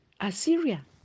assyria